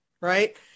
right